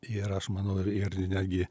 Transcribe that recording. ir aš manau ir ir netgi